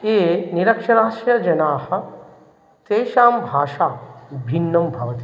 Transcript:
ये निरक्षराः जनाः तेषां भाषा भिन्ना भवति